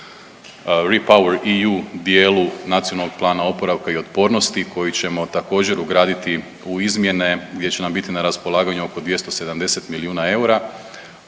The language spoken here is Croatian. Repower EU dijelu Nacionalnog plana oporavka i otpornosti koji ćemo također ugraditi u izmjene gdje će nam biti na raspolaganju oko 270 milijuna eura